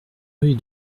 rue